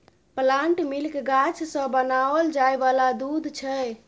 plant milk गाछ सँ बनाओल जाय वाला दूध छै